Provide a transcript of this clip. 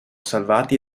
salvati